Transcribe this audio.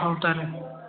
ହଉ ତା'ହେଲେ